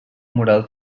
moral